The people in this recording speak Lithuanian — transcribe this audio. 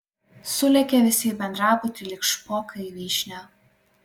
sulėkė visi į bendrabutį lyg špokai į vyšnią